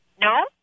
No